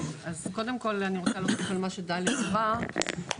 קודם כל אני רוצה לומר בנוגע למה שדלי דיברה עליו,